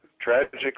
tragically